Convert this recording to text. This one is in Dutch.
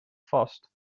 vast